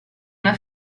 una